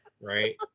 Right